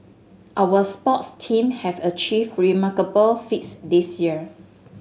our sports team have achieved remarkable feats this year